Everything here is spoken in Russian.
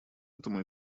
этому